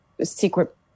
secret